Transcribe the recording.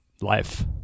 life